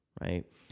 right